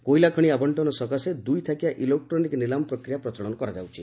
କୋଇଲା ଖଣି ଆବଶ୍ଚନ ସକାଶେ ଦୁଇଥାକିଆ ଇଲେକ୍ଟ୍ରୋନିକ ନିଲାମ ପ୍ରକ୍ରିୟା ପ୍ରଚଳନ କରାଯାଉଛି